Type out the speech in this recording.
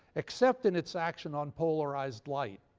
except in its action on polarized light.